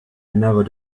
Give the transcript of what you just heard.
never